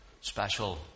special